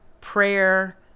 prayer